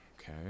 okay